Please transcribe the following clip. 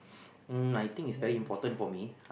um I think it's very important for me